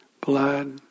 Blood